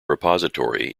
repository